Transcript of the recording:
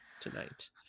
tonight